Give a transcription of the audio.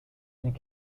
and